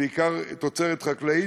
בעיקר של תוצרת חקלאית,